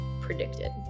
predicted